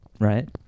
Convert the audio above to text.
right